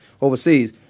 overseas